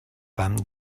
femmes